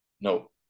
No